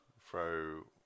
throw